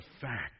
fact